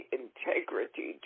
integrity